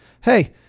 hey